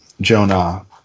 Jonah